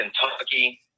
Kentucky